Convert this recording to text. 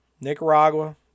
Nicaragua